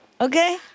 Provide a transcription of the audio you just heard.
Okay